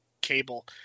cable